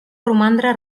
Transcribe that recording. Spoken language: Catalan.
romandre